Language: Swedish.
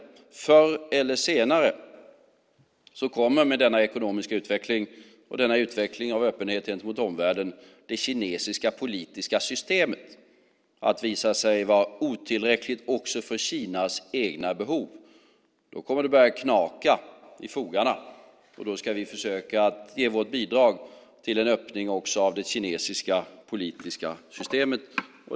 Förr eller senare kommer med den ekonomiska utvecklingen och utvecklingen av öppenhet mot omvärlden det kinesiska politiska systemet att visa sig vara otillräckligt också för Kinas egna behov. Då kommer det att börja knaka i fogarna, och då ska vi försöka ge vårt bidrag till en öppning också av det kinesiska politiska systemet.